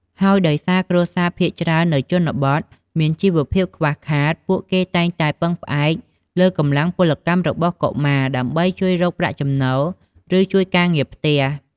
ហើយដោយសារគ្រួសារភាគច្រើននៅជនបទមានជីវភាពខ្វះខាត ពួកគេតែងតែពឹងផ្អែកលើកម្លាំងពលកម្មរបស់កុមារ ដើម្បីជួយរកប្រាក់ចំណូល ឬជួយការងារផ្ទះ។